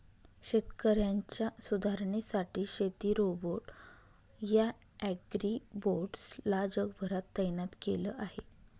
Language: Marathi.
शेतकऱ्यांच्या सुधारणेसाठी शेती रोबोट या ॲग्रीबोट्स ला जगभरात तैनात केल आहे